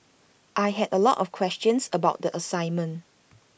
I had A lot of questions about the assignment